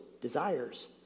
desires